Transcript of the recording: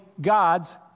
God's